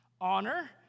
Honor